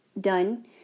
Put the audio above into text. done